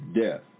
death